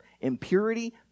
impurity